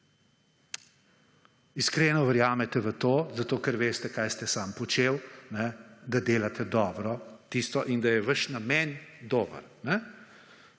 iskreno verjamete v to, zato ker veste kaj ste sam počel, da delate dobro tisto in da je vaš namen dober.